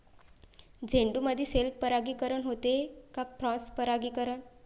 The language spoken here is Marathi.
झेंडूमंदी सेल्फ परागीकरन होते का क्रॉस परागीकरन?